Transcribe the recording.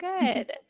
good